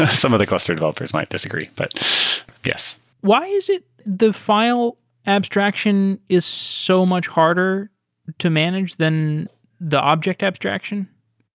ah some of the gluster developers might disagree, but yes why is it the file abstraction is so much harder to manage than the object abstraction?